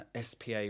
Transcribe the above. SPA